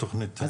כן, ברור לי.